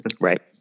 Right